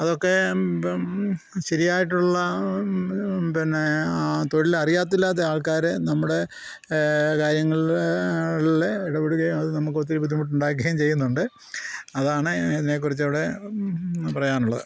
അതൊക്കെ ഇപ്പം ശരിയായിട്ടുള്ള പിന്നെ ആ തൊഴിൽ അറിയാത്ത ആൾക്കാർ നമ്മുടെ കാര്യങ്ങളിൽ ഇടപെടുകയും അത് നമുക്ക് ഒത്തിരി ബുദ്ധിമുട്ടുണ്ടാക്കുകയും ചെയ്യുന്നുണ്ട് അതാണ് ഇതിനെ കുറിച്ച് ഇവിടെ പറയാനുള്ളത്